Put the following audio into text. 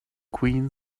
queen